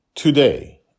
Today